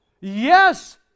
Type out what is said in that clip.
Yes